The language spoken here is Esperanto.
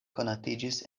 konatiĝis